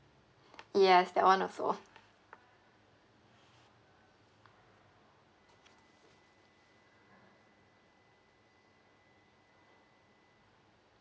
yes that one also